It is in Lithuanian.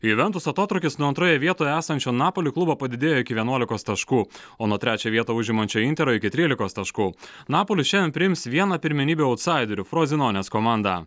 juventus atotrūkis nuo antroje vietoje esančio neapolio klubo padidėjo iki vienuolikos taškų o nuo trečią vietą užimančio intero iki trylikos taškų neapolis šiandien priims vieną pirmenybių autsaiderių frozinonės komandą